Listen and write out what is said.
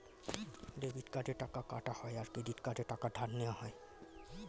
debit কার্ডে টাকা কাটা হয় আর ক্রেডিট কার্ডে টাকা ধার নেওয়া হয়